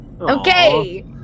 Okay